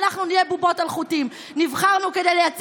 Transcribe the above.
ואנחנו נהיה בובות על חוטים.